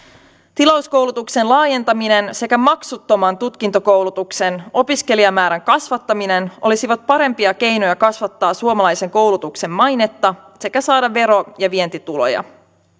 tilauskoulutuksen laajentaminen sekä maksuttoman tutkintokoulutuksen opiskelijamäärän kasvattaminen olisivat parempia keinoja kasvattaa suomalaisen koulutuksen mainetta sekä saada vero ja vientituloja